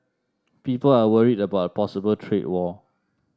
people are worried about a possible trade war